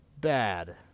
bad